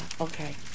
okay